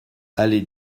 allée